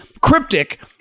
cryptic